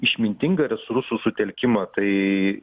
išmintingą resursų sutelkimą tai